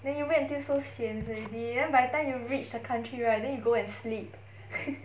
then you wait until so sian already by time you reach the country right then you go and sleep